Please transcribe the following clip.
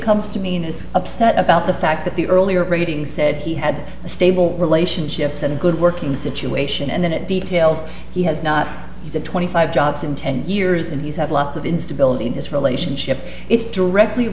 comes to me and is upset about the fact that the earlier rating said he had a stable relationships and a good working situation and then it details he has not he said twenty five jobs in ten years and he's had lots of instability in his relationship it's directly